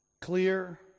Clear